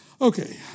Okay